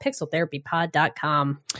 pixeltherapypod.com